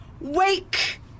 Wake